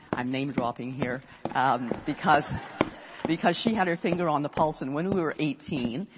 i'm name dropping here um because because she had her finger on the pulse. and when we were eighteen,